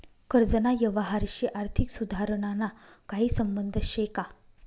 कर्जना यवहारशी आर्थिक सुधारणाना काही संबंध शे का?